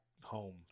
home